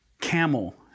camel